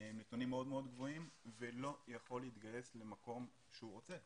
עם נתונים מאוד גבוהים והוא לא יכול להתגייס למקום שהוא רוצה.